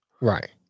Right